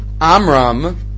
Amram